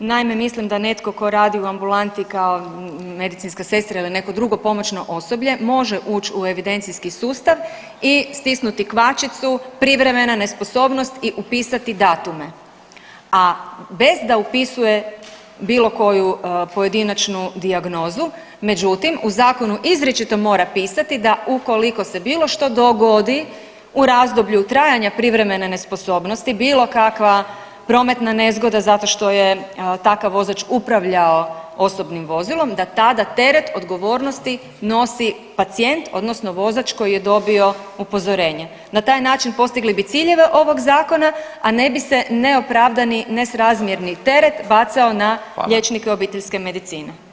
Naime mislim da netko tko radi u ambulanti kao medicinska sestra ili neko drugo pomoćno osoblje može ući u evidencijski sustav i stisnuti kvačicu privremena nesposobnost i upisati datume, a bez da upisuje bilo koju pojedinačnu dijagnozu, međutim u zakonu izričito mora pisati da ukoliko se bilo što dogodi u razdoblju trajanja privremen nesposobnosti, bilo kakva prometna nezgoda zato što je takav vozač upravljao osobnim vozilom da tada teret odgovornosti nosi pacijent odnosno vozač koji je dobio upozorenje, na taj način postigli bi ciljeve ovog zakona, a ne bi se neopravdani i nesrazmjerni teret bacao na liječnike obiteljske medicine.